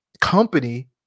Company